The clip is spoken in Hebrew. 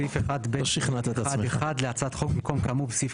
סעיף 1(ב1)(1) להצעת החוק במקום 'כאמור בסעיף